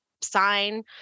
sign